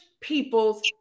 people's